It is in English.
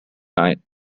night